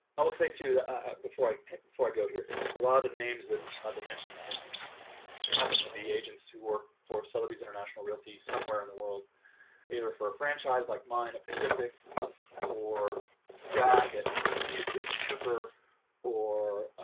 i will say to that before i before i go here a lot of the names that i've been mentioned here happened to be agents who work for sotheby's international realty somewhere in the world either for a franchise like mine a pacific or jacket in houston with cooper or